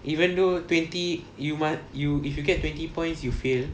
even though twenty you must you if you get twenty points you fail